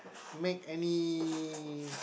make any